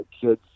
kids